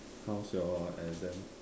how's your exam